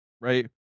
right